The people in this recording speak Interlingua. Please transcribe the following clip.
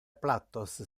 plattos